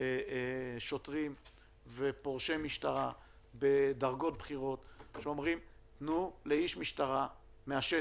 שוטרים ופורשי משטרה בדרגות בכירות שאומרים: תנו לאיש משטרה מהשטח,